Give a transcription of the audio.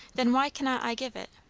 then why cannot i give it?